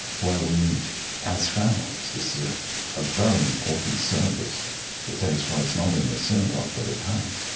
where we meet as families. this is a ah very important service that takes place not in the synagogue, but at home.